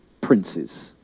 princes